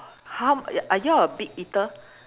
!huh! are you all a big eater